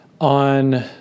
On